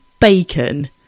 bacon